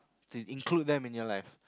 to include them in your life